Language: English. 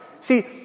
See